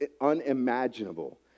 unimaginable